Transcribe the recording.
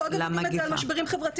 אנחנו עוד לא מדברים פה על משברים חברתיים,